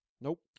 nope